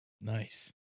Nice